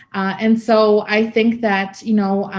and so i think that, you know,